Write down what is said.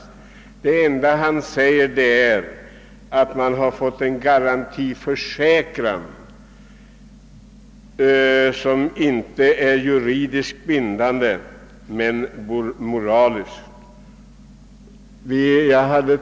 Herr Ståhl framhöll att man genom icke-spridningsavtalet har fått en garanti, en försäkran som inte är juridiskt men moraliskt bindande.